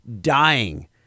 dying